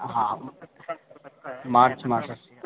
हा मार्च् मासस्य